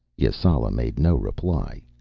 yasala made no reply.